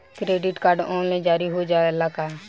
Credit card online जारी हो जाला का?